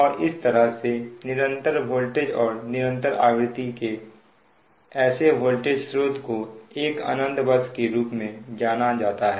और इस तरह के निरंतर वोल्टेज और निरंतर आवृत्ति के ऐसे वोल्टेज स्रोत को एक अनंत बस के रूप में जाना जाता है